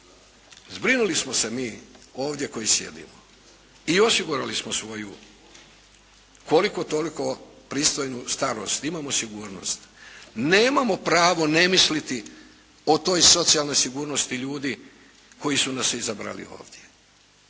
zbrinuli smo se mi ovdje koji sjedimo i osigurali smo svoju koliko toliko pristojnu starost, imamo sigurnost. Nemamo pravo ne misliti o toj socijalnoj sigurnosti ljudi koji su nas izabrali ovdje.